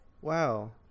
wow